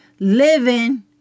living